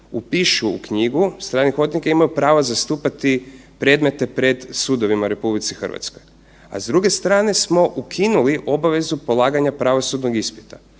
upišu u knjigu stranih odvjetnika imaju pravo zastupati predmete pred sudovima u RH, a s druge strane smo ukinuli obavezu polaganja pravosudnog ispita.